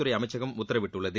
துறை அமைச்சகம் உத்தரவிட்டுள்ளது